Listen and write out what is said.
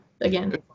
again